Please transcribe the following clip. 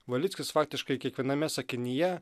valickis faktiškai kiekviename sakinyje